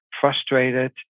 frustrated